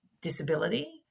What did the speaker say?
disability